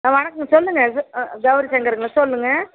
வணக்கம் சொல்லுங்கள் கௌரி சங்கருங்களா சொல்லுங்கள்